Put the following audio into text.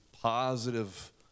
positive